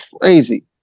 crazy